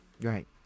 Right